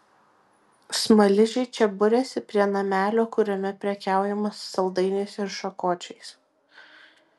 smaližiai čia buriasi prie namelio kuriame prekiaujama saldainiais ir šakočiais